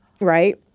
Right